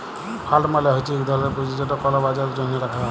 fund মালে হছে ইক ধরলের পুঁজি যেট কল কাজের জ্যনহে রাখা হ্যয়